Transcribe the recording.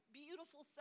beautiful